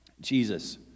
Jesus